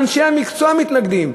אנשי המקצוע מתנגדים.